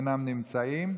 אינם נמצאים.